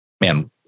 man